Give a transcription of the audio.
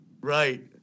right